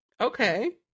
Okay